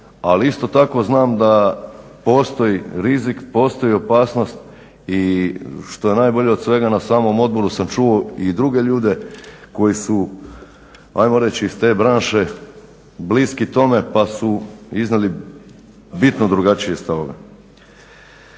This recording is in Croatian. ali isto tako znam da postoji rizik, postoji opasnost i što je najbolje od svega na samom odboru sam čuo i druge ljude koji su ajmo reći iz te branše bliski tome pa su iznijeli bitno drugačije stavove.